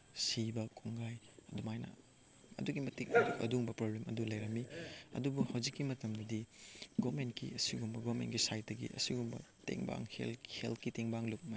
ꯁꯤꯕ ꯀꯣꯡꯒꯥꯏ ꯑꯗꯨꯃꯥꯏꯅ ꯑꯗꯨꯛꯀꯤ ꯃꯇꯤꯛ ꯑꯗꯨꯝꯕ ꯄ꯭ꯔꯣꯕ꯭ꯂꯦꯝ ꯑꯗꯨ ꯂꯩꯔꯝꯃꯤ ꯑꯗꯨꯕꯨ ꯍꯧꯖꯤꯛꯀꯤ ꯃꯇꯝꯗꯗꯤ ꯒꯣꯕꯔꯃꯦꯟꯒꯤ ꯑꯁꯤꯒꯨꯝꯕ ꯒꯣꯕꯔꯃꯦꯟꯒꯤ ꯁꯥꯏꯠꯇꯒꯤ ꯑꯁꯤꯒꯨꯝꯕ ꯇꯦꯡꯕꯥꯡ ꯍꯦꯜꯠꯀꯤ ꯇꯦꯡꯕꯥꯡ ꯂꯨꯞ ꯃꯌꯥꯝ